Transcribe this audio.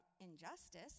injustice